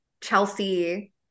Chelsea